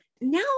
Now